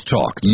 Talk